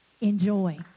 enjoy